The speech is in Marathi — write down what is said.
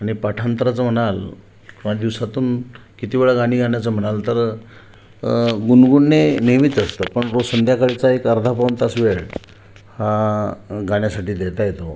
आणि पाठांतराचं म्हणाल पाच दिवसातून किती वेळ गाणी गाण्याचं म्हणाल तर गुणगुणणे नेहमीच असतं पण रोज संध्याकाळचा एक अर्धापाऊण तास वेळ हा गाण्यासाठी देता येतो